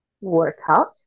workout